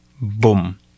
boom